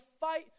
fight